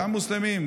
גם מוסלמים,